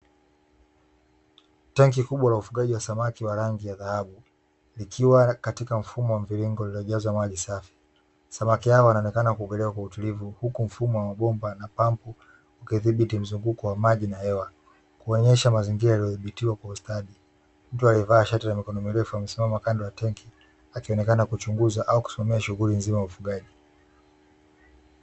Tenki kubwa la ufugaji wa samaki wa rangi ya dhahabu likiwa katika mfumo wa mviringo lililojazwa maji safi, samaki hawa wanaonekana kuogelea kwa utulivu; huku mfumo wa mabomba na pampu ukidhibiti mzunguko wa maji na hewa kuonyesha mazingira yaliyodhibitiwa kwa ustadi, mtu aliyevaa shati la mikono mirefu amesimama kando ya tenki akionekana kuchunguza au kusimamia shughuli nzima ya ufugaji.